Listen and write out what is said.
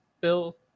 bill